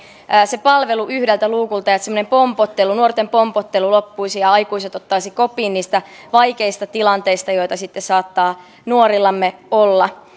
se palvelu yhdeltä luukulta jotta semmoinen pompottelu nuorten pompottelu loppuisi ja aikuiset ottaisivat kopin niistä vaikeista tilanteista joita sitten saattaa nuorillamme olla